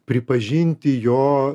pripažinti jo